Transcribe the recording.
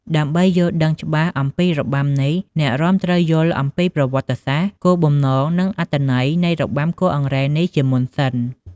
ដើម្បីយល់ដឹងច្បាស់អំពីរបាំនេះ អ្នករាំត្រូវយល់អំពីប្រវត្តិ, គោលបំណង, និងអត្ថន័យនៃរបាំគោះអង្រែនេះជាមុនសិន។